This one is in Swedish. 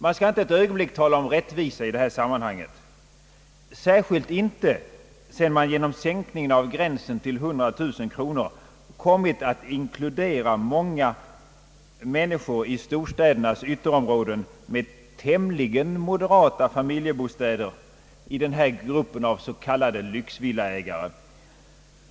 Man skall inte ett ögonblick tala om rättvisa i detta sammanhang, särskilt inte sedan man genom sänkning av gränsen till 100000 kronor kommit att inkludera många människor i storstädernas ytterområden med tämligen moderata familjebostäder i gruppen av s.k. lyxvillaägare.